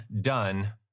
done